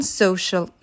social